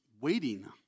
waiting